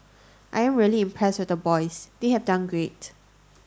I am really impressed with the boys they have done great